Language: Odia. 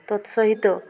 ତତ୍ସହିତ